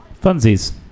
Funsies